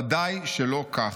ודאי שלא כך.